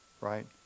Right